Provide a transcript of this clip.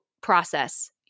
process